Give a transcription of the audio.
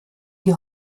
die